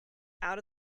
out